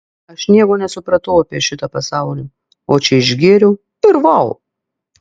aš nieko nesupratau apie šitą pasaulį o čia išgėriau ir vau